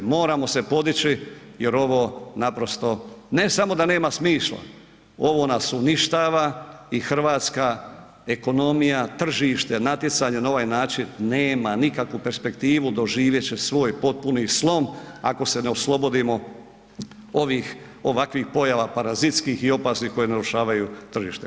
Moramo se podiči jer ovo naprosto, ne samo da nema smisla, ovo nas uništava i hrvatska ekonomija, tržište natjecanja na ovaj način nema nikakvu perspektivu doživjet će svoj potpuni slom, ako se ne oslobodimo ovih, ovakvih pojava parazitskih i opasnih koje narušavaju tržište.